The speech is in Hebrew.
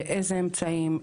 באילו אמצעים,